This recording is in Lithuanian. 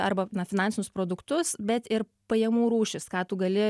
arba na finansinius produktus bet ir pajamų rūšis ką tu gali